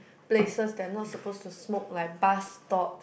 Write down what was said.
places that not supposed to smoke like bus stop